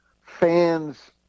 fans